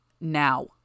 Now